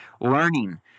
Learning